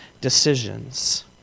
decisions